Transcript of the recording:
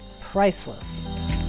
Priceless